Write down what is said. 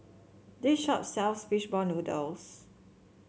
this shop sells fish ball noodles